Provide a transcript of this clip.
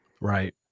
Right